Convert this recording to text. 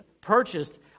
purchased